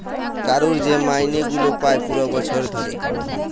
কারুর যে মাইনে গুলা পায় পুরা বছর ধরে